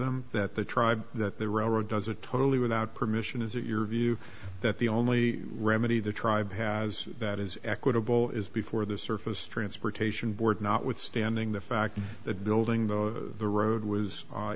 them that the tribe that the railroad does a totally without permission is it your view that the only remedy the tribe has that is equitable is before the surface transportation board notwithstanding the fact that building the road was